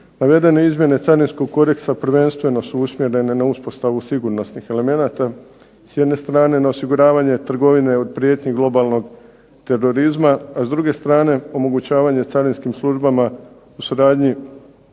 Navedene izmjene carinskog kodeksa prvenstveno su usmjerene na uspostavu sigurnosnih elemenata. S jedne strane na osiguravanje trgovine od prijetnji globalnog terorizma, a s druge strane omogućavanje carinskim službama u suradnji